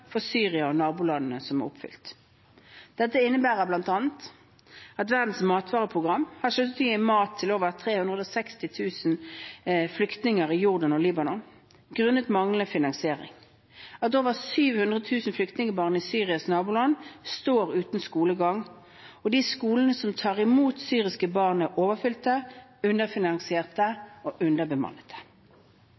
for Syria og nabolandene som er oppfylt. Dette innebærer bl.a. at: Verdens matvareprogram har sluttet å gi mat til over 360 000 flyktninger i Jordan og Libanon grunnet manglende finansiering. Over 700 000 flyktningbarn i Syrias naboland står uten skolegang, og de skolene som tar imot syriske skolebarn, er overfylte, underfinansierte og